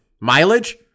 mileage